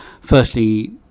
Firstly